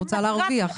רוצה להרוויח.